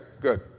Good